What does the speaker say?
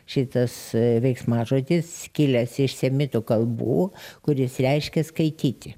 šitas veiksmažodis kilęs iš semitų kalbų kuris reiškia skaityti